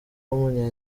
w’umunya